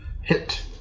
Hit